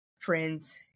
friends